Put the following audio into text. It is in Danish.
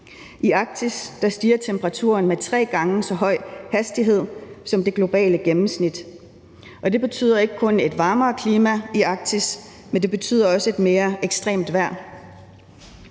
I Arktis stiger temperaturen med tre gange så høj hastighed som det globale gennemsnit, og det betyder ikke kun et varmere klima i Arktis, men det betyder også et mere ekstremt vejr.